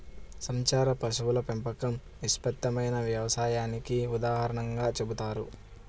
సంచార పశువుల పెంపకం విస్తృతమైన వ్యవసాయానికి ఉదాహరణగా చెబుతారు